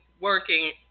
working